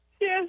Yes